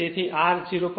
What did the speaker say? તેથી R 0